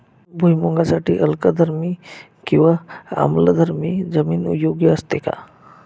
भुईमूगासाठी अल्कधर्मी किंवा आम्लधर्मी जमीन योग्य असते का?